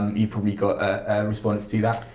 and you probably got a response to that?